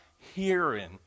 hearing